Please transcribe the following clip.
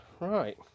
Right